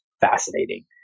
fascinating